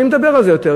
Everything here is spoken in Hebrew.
מי מדבר על זה יותר?